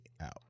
out